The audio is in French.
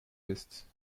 veste